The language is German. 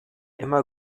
immer